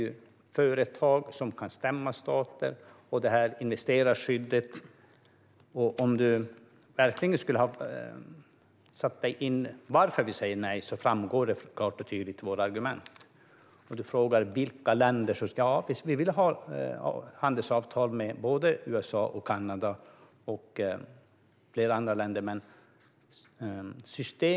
Det är företag som kan stämma stater, och det är ett investerarskydd. Varför vi säger nej framgår klart och tydligt av våra argument. Du frågar vilka länder vi vill ha handelsavtal med. Vi vill ha handelsavtal med både USA och Kanada och flera andra länder.